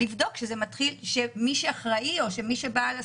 לבדוק שמי שאחראי או מי שבעל הסמכות,